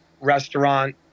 restaurant